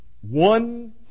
one